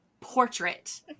Portrait